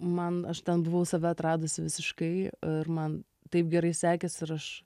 man aš ten buvau save atradus visiškai ir man taip gerai sekės ir aš